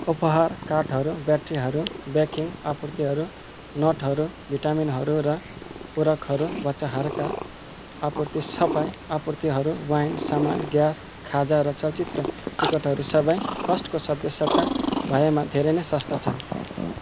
उपहार कार्डहरू ब्याट्रीहरू बेकिङ आपूर्तिहरू नटहरू भिटामिनहरू र पूरकहरू बच्चाहरूका आपूर्ति सफाई आपूर्तिहरू वाइन सामान ग्यास खाजा र चलचित्र टिकटहरू सबै कस्टको सदस्यता भएमा धेरै नै सस्ता छन्